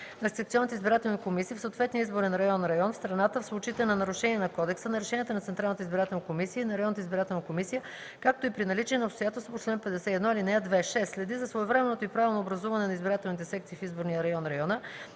на секционните избирателни комисии в съответния изборен район (район) в страната в случаите на нарушения на кодекса, на решенията на Централната избирателна комисия и на районната избирателна комисия, както и при наличие на обстоятелство по чл. 51, ал. 2; 6. следи за своевременното и правилно образуване на избирателните секции в изборния район (района)